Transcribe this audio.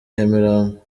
nyamirambo